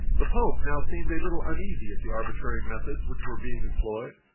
the pope now seemed a little uneasy at the arbitrary methods which were being employed.